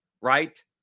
right